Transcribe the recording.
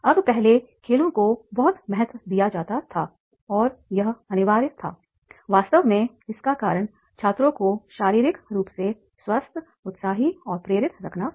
अब पहले खेलों को बहुत महत्व दिया जाता था और यह अनिवार्य था वास्तव में इसका कारण छात्रों को शारीरिक रूप से स्वस्थ उत्साही और प्रेरित रखना था